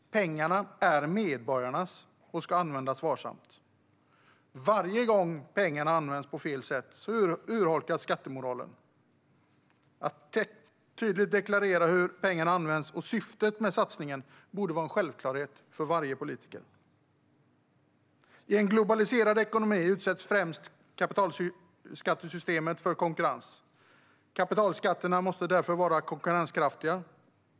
Pengarna är medborgarnas och ska användas varsamt. Varje gång pengar används på fel sätt urholkas skattemoralen. Att tydligt deklarera hur pengarna används och syftet med satsningen borde vara en självklarhet för varje politiker. I en globaliserad ekonomi utsätts främst kapitalskattesystemet för konkurrens. Kapitalskatterna måste därför vara konkurrenskraftiga.